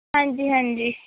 ਹਾਂਜੀ ਹਾਂਜੀ